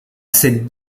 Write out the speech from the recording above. cette